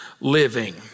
living